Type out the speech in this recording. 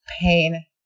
pain